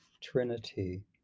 Trinity